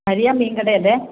അലിയാർ മീൻ കട അല്ലേ